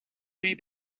may